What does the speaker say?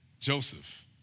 Joseph